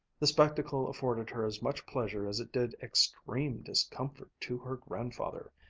the spectacle afforded her as much pleasure as it did extreme discomfort to her grandfather,